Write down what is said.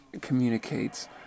communicates